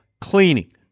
cleaning